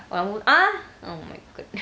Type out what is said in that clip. ah oh my goodness